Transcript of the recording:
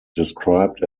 described